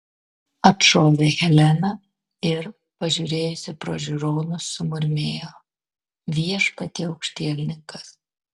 atšovė helena ir pažiūrėjusi pro žiūronus sumurmėjo viešpatie aukštielninkas